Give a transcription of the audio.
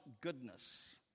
goodness